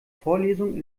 vorlesung